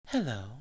Hello